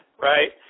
right